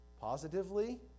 Positively